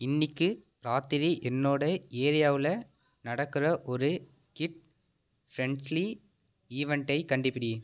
இன்னைக்கு ராத்திரி என்னோட ஏரியாவில் நடக்கிற ஒரு கிட் ஃப்ரெண்ட்லி ஈவண்ட்டை கண்டுபிடி